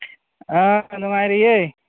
ꯅꯨꯡꯉꯥꯏꯔꯤꯌꯦ